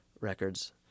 Records